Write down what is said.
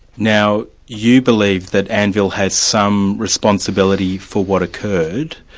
now you believe that anvil has some responsibility for what occurred.